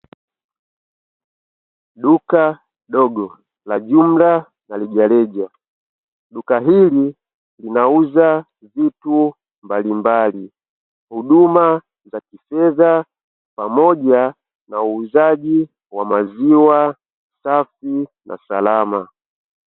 Duka dogo, la jumla na reja reja. Duka hili linauza vitu mbali mbali. Huduma za kifedha pamoja na uuzaji wa maziwa safi na salama.